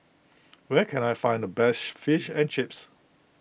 where can I find the best Fish and Chips